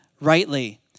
rightly